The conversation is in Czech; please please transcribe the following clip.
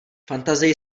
fantazii